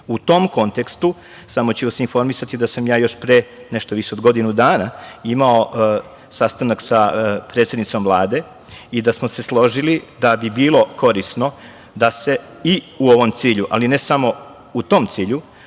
tom kontekstu samo ću vas informisati da sam ja još pre nešto više od godinu dana imao sastanak sa predsednicom Vlade i da smo se složili da bi bilo korisno da se i u ovom cilju, ali ne samo u tom cilju,